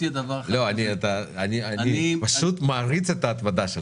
אני פשוט מעריץ את ההתמדה שלך.